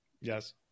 Yes